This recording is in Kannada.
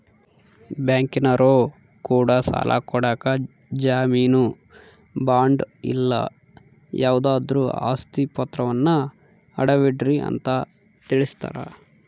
ಬ್ಯಾಂಕಿನರೊ ಕೂಡ ಸಾಲ ಕೊಡಕ ಜಾಮೀನು ಬಾಂಡು ಇಲ್ಲ ಯಾವುದಾದ್ರು ಆಸ್ತಿ ಪಾತ್ರವನ್ನ ಅಡವಿಡ್ರಿ ಅಂತ ತಿಳಿಸ್ತಾರ